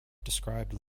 described